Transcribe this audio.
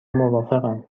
موافقم